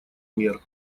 мер